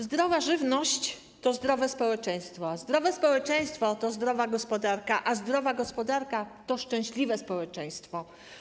Zdrowa żywność to zdrowe społeczeństwo, a zdrowe społeczeństwo to zdrowa gospodarka, a zdrowa gospodarka to szczęśliwe społeczeństwo.